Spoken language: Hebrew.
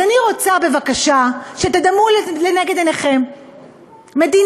אז אני רוצה, בבקשה, שתדמו לנגד עיניכם מדינה,